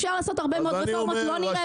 כשרוצים לעשות רפורמות רוצים לראות שהן טובות.